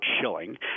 chilling